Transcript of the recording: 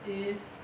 is